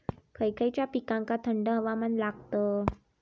खय खयच्या पिकांका थंड हवामान लागतं?